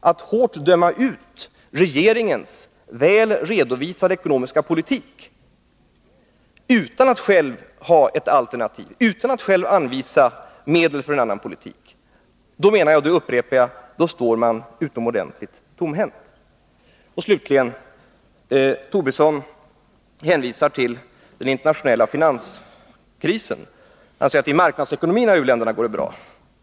att hårt döma ut regeringens väl redovisade ekonomiska politik — utan att själv ha alternativ, utan att själv anvisa medel till en annan politik — står man, det upprepar jag, politiska åtgärder utomordentligt tomhänt. m.m. det går bra i u-länder med marknadsekonomi.